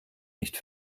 nicht